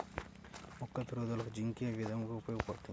మొక్కల పెరుగుదలకు జింక్ ఏ విధముగా ఉపయోగపడుతుంది?